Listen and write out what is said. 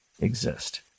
exist